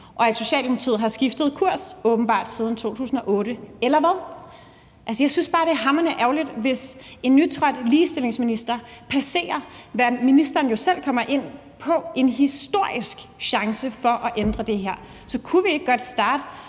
og at Socialdemokratiet åbenbart har skiftet kurs siden 2008, eller hvad? Jeg synes bare, det er hamrende ærgerligt, hvis en nytiltrådt ligestillingsminister forpasser, hvad ministeren jo selv kommer ind på, en historisk chance for at ændre det her. Så kunne vi ikke godt starte